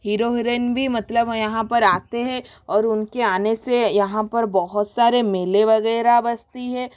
hero heroine भी मतलब यहाँ पर आते हैं और उनके आने से यहाँ पर बहुत सारे मेले वग़ैरह बस्ते है